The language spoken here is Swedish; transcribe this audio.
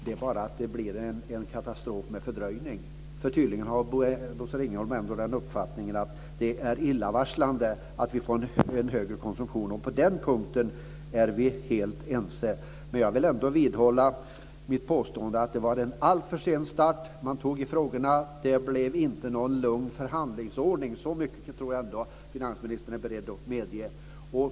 Det är bara det att det blir en katastrof med fördröjning. Tydligen har Bosse Ringholm ändå den uppfattningen att det är illavarslande att vi får en högre konsumtion. På den punkten är vi helt ense. Men jag vill ändå vidhålla att det var en alltför sen start. När man tog tag i frågorna blev det inte någon lugn förhandlingsordning. Så mycket tror jag ändå att finansministern är beredd att medge.